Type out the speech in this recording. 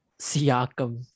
Siakam